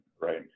right